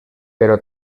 però